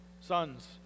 sons